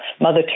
Mother